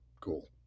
cool